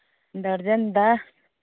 ꯗꯔꯖꯟꯗ